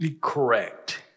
correct